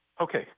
Okay